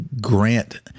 grant